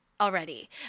already